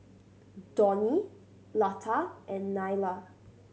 Dhoni Lata and Neila